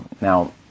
now